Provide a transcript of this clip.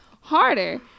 harder